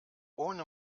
ohne